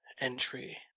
entry